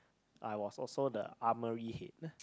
I was also the armoury head